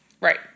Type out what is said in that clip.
Right